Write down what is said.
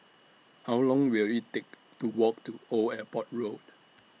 How Long Will IT Take to Walk to Old Airport Road